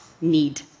need